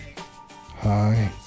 Hi